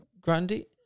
Grundy